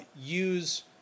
use